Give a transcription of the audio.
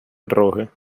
роги